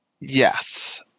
Yes